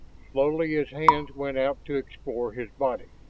slowly his hands went out to explore his body.